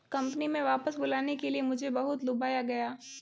company में वापस बुलाने के लिए मुझे बहुत लुभाया गया